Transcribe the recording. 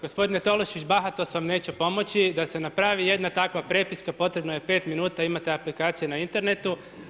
Gospodine Tolušić, bahatost vam neće pomoći, da se napravi jedna takva prepiska potrebno je 5 minuta, imate aplikacije na internetu.